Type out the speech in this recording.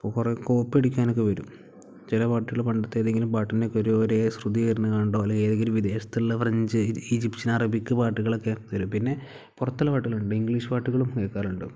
അപ്പം കുറേ കോപ്പിയടിക്കാനൊക്കെ വരും ചില പാട്ടുകൾ പണ്ടത്തെ ഏതെങ്കിലും പാട്ടിനൊക്കെ ഒരു ഒരേ ശ്രുതി വരുന്നുണ്ടോ അല്ലെങ്കിൽ ഏതെങ്കിലും വിദേശത്തുള്ള ഫ്രഞ്ച് ഇജിപ്ഷൻ അറബിക്ക് പാട്ടുകളൊക്കെ വരും പിന്നെ പുറത്തുള്ള പാട്ടുകൾ ഉണ്ട് ഇംഗ്ലീഷ് പാട്ടുകളും കേൾക്കാറുണ്ട്